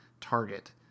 target